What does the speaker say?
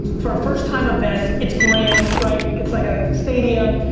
for a first-time event, it's grand, right, it's like a stadium,